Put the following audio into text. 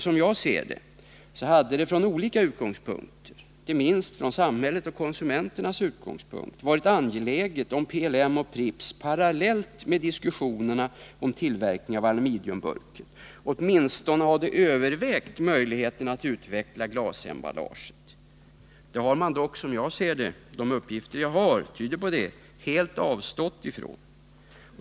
Som jag ser det hade det från olika utgångspunkter — inte minst från samhällets och konsumenternas — varit angeläget att PLM och Pripps parallellt med diskussionerna om tillverkning av aluminiumburken åtminstone hade övervägt möjligheten att utveckla glasemballaget. Det har man dock — på det tyder de uppgifter jag har — helt avstått ifrån.